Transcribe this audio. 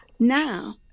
Now